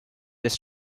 this